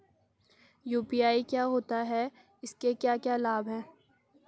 UPI क्या होता है इसके क्या क्या लाभ हैं?